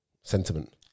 sentiment